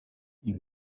you